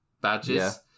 badges